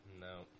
No